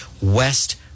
west